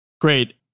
Great